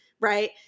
Right